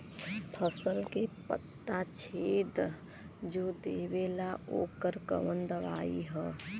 फसल के पत्ता छेद जो देवेला ओकर कवन दवाई ह?